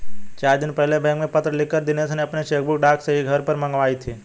चार दिन पहले बैंक में पत्र लिखकर दिनेश ने अपनी चेकबुक डाक से घर ही पर मंगाई थी